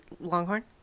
longhorn